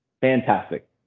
fantastic